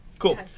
Cool